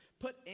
put